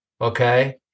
okay